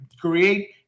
create